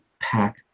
pack